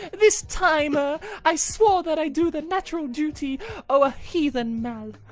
this time er i swore that i do the natural duty o a heathen mal,